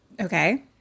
Okay